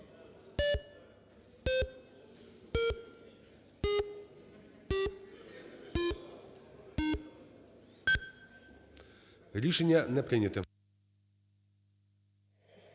Рішення не прийнято.